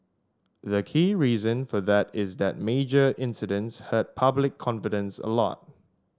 the key reason for that is that major incidents hurt public confidence a lot